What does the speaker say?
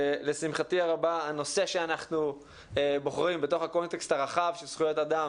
לשמחתי הרבה הנושא שאנחנו בוחרים בתוך הקונטקסט הרחב של זכויות אדם,